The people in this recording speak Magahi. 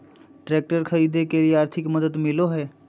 ट्रैक्टर खरीदे के लिए आर्थिक मदद मिलो है?